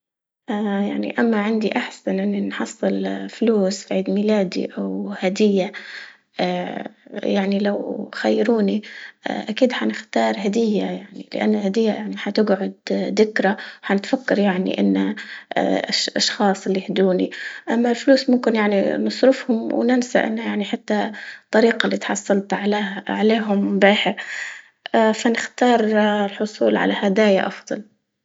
يعني أما عندي أحسن نحصل فلوس في عيد ميلادي أو هدية؟ يعني لو خيروني أكيد حنختار هدية يعني لأن الهدية يعني حتقعد دكرى وحنتدكر يعني إنه اش- أشخاص اللي أهدوني، أما الفلوس ممكن يعني نصرفهم وننسى إني حتى الطريقة اللي تحصلت عليا عليهم بيها، فنختار الحصول على هدايا أفضل.